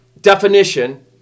definition